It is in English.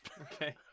Okay